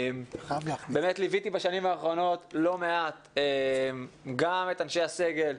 ליוויתי בשנים האחרונות לא מעט, גם את אנשי הסגל,